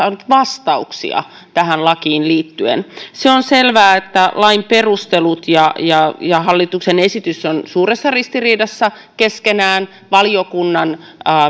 vastauksia tähän lakiin liittyen se on selvää että lain perustelut ja ja hallituksen esitys ovat suuressa ristiriidassa keskenään valiokunnan